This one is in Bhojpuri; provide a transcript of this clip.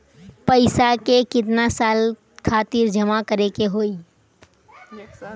पैसा के कितना साल खातिर जमा करे के होइ?